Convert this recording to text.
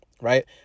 right